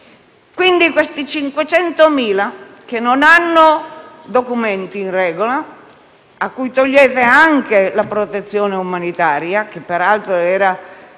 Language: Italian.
Di questi 500.000, che non hanno documenti in regola, a cui togliete anche la protezione umanitaria - che peraltro era